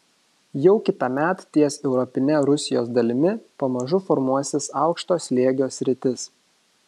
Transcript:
jau kitąmet ties europine rusijos dalimi pamažu formuosis aukšto slėgio sritis